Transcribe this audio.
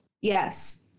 Yes